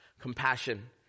compassion